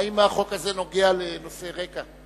האם הצעת החוק הזאת נוגעת לנושא רק"ע?